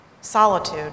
Solitude